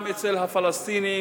גם אצל הפלסטינים,